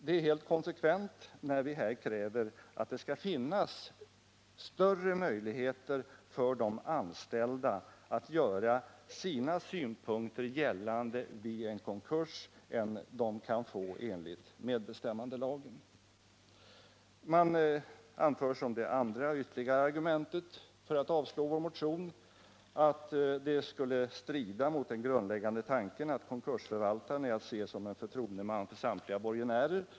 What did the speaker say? Det är helt konsekvent när vi kräver att det skall finnas större möjligheter för de anställda att göra sina synpunkter gällande vid en konkurs än dem de har enligt medbestämmandelagen. Det andra argumentet för avstyrkande av vårt förslag att de anställda skall få representeras av en eller flera särskilda förvaltare är att det strider mot den grundläggande tanken att konkursförvaltaren är att se som en förtroendeman för samtliga borgenärer.